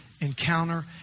encounter